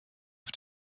auf